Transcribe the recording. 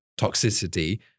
toxicity